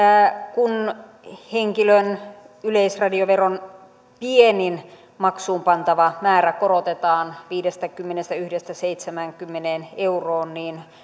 kun henkilön yleisradioveron pienin maksuun pantava määrä korotetaan viidestäkymmenestäyhdestä seitsemäänkymmeneen euroon niin